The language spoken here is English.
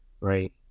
Right